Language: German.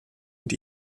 und